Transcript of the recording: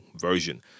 version